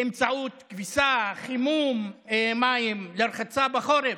באמצעות כביסה, חימום מים לרחצה בחורף,